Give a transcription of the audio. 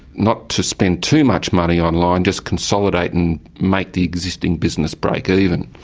not to spend too much money online, just consolidate and make the existing business break ah even.